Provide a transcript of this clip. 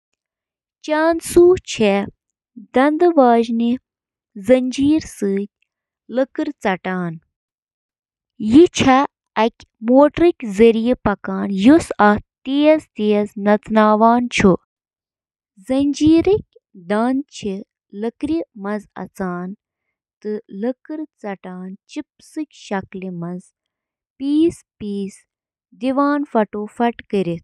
Hair dryer, چُھ اکھ electro mechanical آلہ یُس نم مَس پیٹھ محیط یا گرم ہوا چُھ وایان تاکہِ مَس خۄشٕک کرنہٕ خٲطرٕ چُھ آبُک بخارات تیز گژھان۔ ڈرائر چِھ پرتھ سٹرینڈ اندر عارضی ہائیڈروجن بانڈن ہنٛز تشکیل تیز تہٕ کنٹرول کرتھ، مس ہنٛز شکل تہٕ اندازس پیٹھ بہتر کنٹرولس قٲبل بناوان۔